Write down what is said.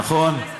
נכון.